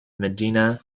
medina